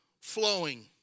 flowing